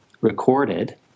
recorded